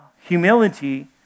humility